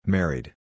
Married